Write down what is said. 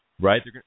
right